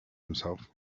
himself